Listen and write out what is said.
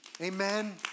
Amen